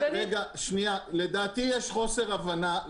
----- לדעתי יש חוסר הבנה.